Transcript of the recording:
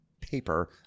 paper